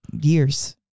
years